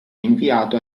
inviato